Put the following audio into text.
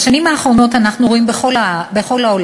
בשנים האחרונות אנחנו רואים בכל העולם